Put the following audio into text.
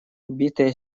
битое